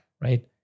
Right